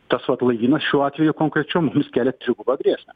tas vat laivynas šiuo atveju konkrečiu mums kelia trigubą grėsmę